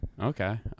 Okay